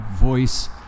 voice